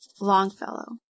Longfellow